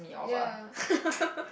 ya